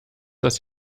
das